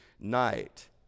night